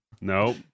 Nope